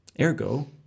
Ergo